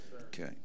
Okay